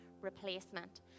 replacement